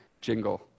jingle